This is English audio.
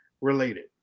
related